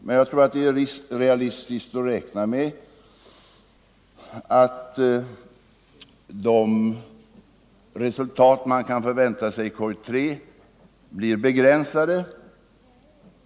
Men jag tror att det är realistiskt att räkna med att resultaten i korg 3 blir begränsade.